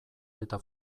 eta